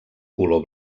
color